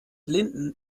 blinden